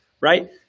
right